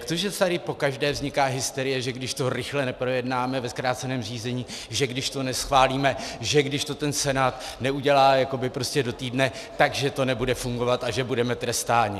Jak to, že tady pokaždé vzniká hysterie, že když to rychle neprojednáme ve zkráceném řízení, že když to neschválíme, že když to ten Senát neudělá jakoby prostě do týdne, že to nebude fungovat a že budeme trestáni?